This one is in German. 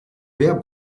wer